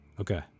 Okay